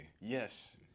Yes